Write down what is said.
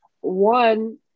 one